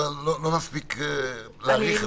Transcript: לא נספיק להאריך את הכול.